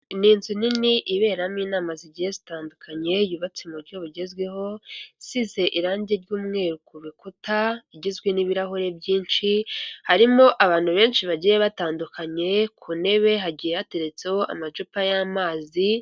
Ni inzu nini iberamo inama zigiye zitandukanye, yubatse umu buryo bugezweho, isize irangi ry'umweru ku rukuta, igizwe n'ibirahure byinshi, harimo abantu benshi bagiye batandukanye, ku ntebe hagiye hateretseho amacupa y'amazi.